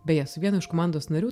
beje su vienu iš komandos narių